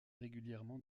régulièrement